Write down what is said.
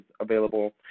available